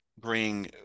bring